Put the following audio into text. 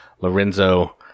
Lorenzo